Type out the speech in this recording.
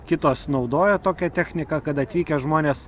kitos naudoja tokią techniką kad atvykę žmonės